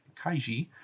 Kaiji